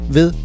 Ved